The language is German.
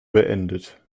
beendet